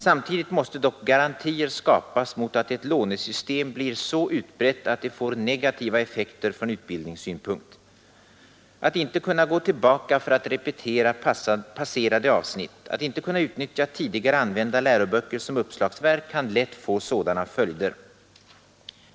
Samtidigt måste dock garantier skapas mot att ett lånesystem blir så utbrett att det får negativa effekter från utbildningssynpunkt. Att inte kunna gå tillbaka för att repetera passerade avsnitt, att inte kunna utnyttja tidigare använda läroböcker som uppslagsverk kan lätt få sådana följder.